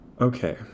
okay